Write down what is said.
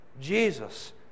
Jesus